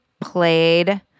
played